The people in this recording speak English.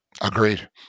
Agreed